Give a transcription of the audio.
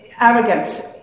arrogant